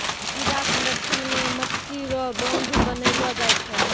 मृदा संरक्षण मे मट्टी रो बांध बनैलो जाय छै